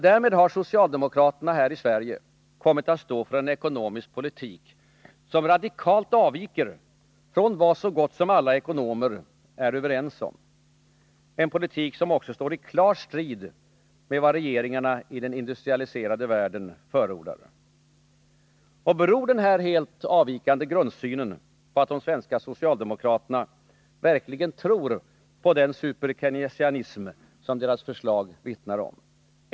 Därmed har socialdemokraterna i Sverige kommit att stå för en ekonomisk politik som radikalt avviker från vad så gott som alla ekonomer är överens om —- en politik som också står i klar strid mot vad regeringarna i den industrialiserade världen förordar. Beror denna helt avvikande grundsyn på att de svenska socialdemokraterna verkligen tror på den super-keynesianism som deras förslag vittnar om?